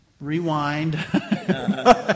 Rewind